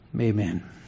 Amen